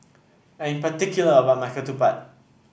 I am particular about my ketupat